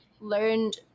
learned